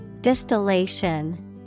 Distillation